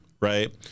right